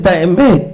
את האמת.